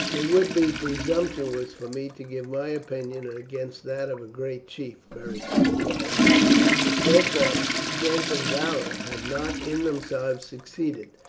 it would be presumptuous for me to give my opinion against that of a great chief, beric said quietly but, so far, strength and valour have not in themselves succeeded.